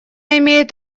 имеет